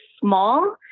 small